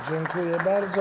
Dziękuję bardzo.